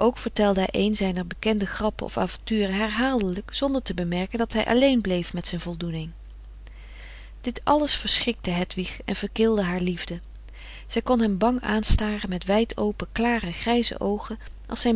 ook vertelde hij een zijner bekende grappen frederik van eeden van de koele meren des doods of avonturen herhaaldelijk zonder te bemerken dat hij alleen bleef met zijn voldoening dit alles verschrikte hedwig en verkilde haar liefde zij kon hem bang aanstaren met wijd-open klare grijze oogen als zijn